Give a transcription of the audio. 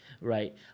Right